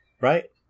Right